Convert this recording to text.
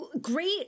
Great